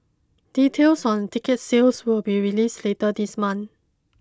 details on ticket sales will be released later this month